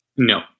No